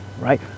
right